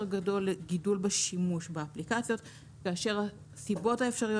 גדול לגידול בשימוש באפליקציות כאשר הסיבות האפשריות